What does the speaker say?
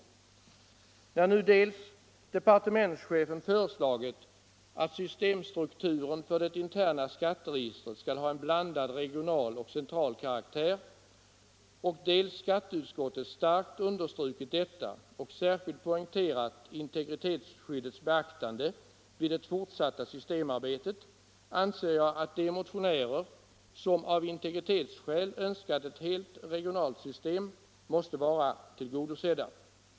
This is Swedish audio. ADB inom När nu dels departementschefen föreslagit att systemstrukturen för det — folkbokföringsoch interna skatteregistret skall ha en blandad regional och central karaktär, — beskattningsområdels skatteutskottet starkt understrukit detta och särskilt poängterat inte = det gritetsskyddets beaktande vid det fortsatta systemarbetet, anser jag att de motionärer som av integritetsskäl önskat ett helt regionalt system måste vara tillgodosedda.